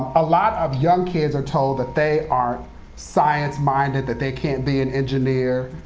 a lot of young kids are told that they aren't science-minded, that they can't be an engineer,